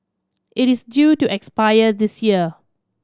it is due to expire this year